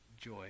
joy